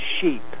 sheep